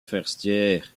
forestière